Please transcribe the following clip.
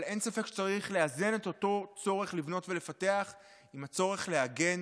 אבל אין ספק שצריך לאזן את אותו צורך לבנות ולפתח עם הצורך להגן